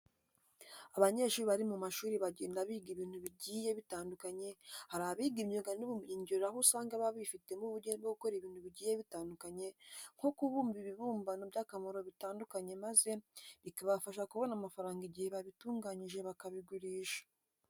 Abanyeshuri bari mu mashuri bagenda biga ibintu bigiye bitandukanye, hari abiga imyuga n'ubumenyingiro aho usanga baba bifitemo ubugeni bwo gukora ibintu bigiye bitandukanye nko kubumba ibibumbano by'akamaro bitandukanye maze bikabafasha kubona amafaranga igihe babitunganyije bakabigurisha.